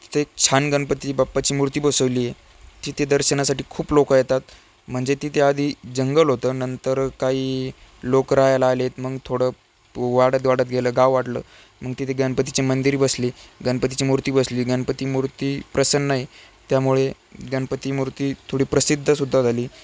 तिथं एक छान गणपती बाप्पाची मूर्ती बसवली आहे तिथे दर्शनासाठी खूप लोक येतात म्हणजे तिथे आधी जंगल होतं नंतर काही लोक राहायला आलेत मग थोडं वाढत वाढत गेलं गाव वाढलं मग तिथे गणपतीचे मंदिर बसली गणपतीची मूर्ती बसली गणपती मूर्ती प्रसन्न आहे त्यामुळे गणपती मूर्ती थोडी प्रसिद्धसुद्धा झाली